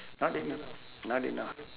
not enough not enough